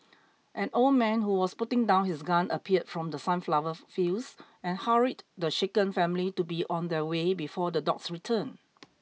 an old man who was putting down his gun appeared from the sunflower fields and hurried the shaken family to be on their way before the dogs return